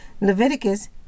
Leviticus